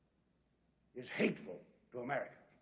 is hateful to america.